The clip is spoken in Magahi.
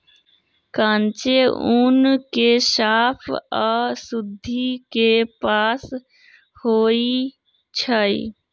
कांचे ऊन के साफ आऽ शुद्धि से पास होइ छइ